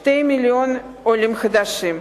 מ-2 מיליון עולים חדשים.